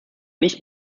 nicht